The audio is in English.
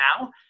now